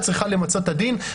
צריכה למצות את הדין.